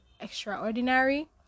extraordinary